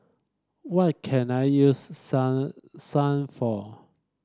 what can I use Selsun for